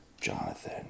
Jonathan